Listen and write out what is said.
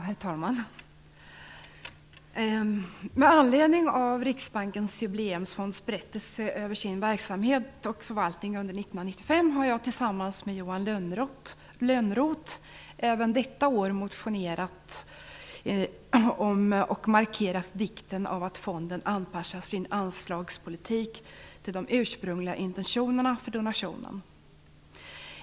Herr talman! Med anledning av Riksbankens jubileumsfonds berättelse över sin verksamhet och förvaltning under 1995 har jag tillsammans med Johan Lönnroth även detta år motionerat om och markerat vikten av att fonden anpassar sin anslagspolitik till de ursprungliga intentionerna för donationen.